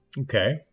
Okay